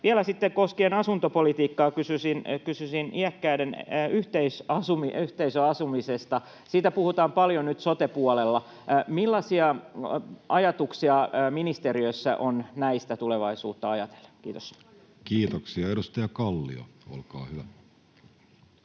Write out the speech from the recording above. vielä sitten koskien asuntopolitiikkaa kysyisin iäkkäiden yhteisöasumisesta. Siitä puhutaan paljon nyt sote-puolella. Millaisia ajatuksia ministeriössä on näistä tulevaisuutta ajatellen? — Kiitos. [Speech 346] Speaker: